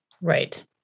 right